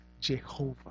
Jehovah